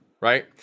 right